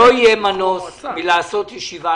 לא יהיה מנוס מלעשות ישיבה,